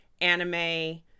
anime